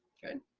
okay.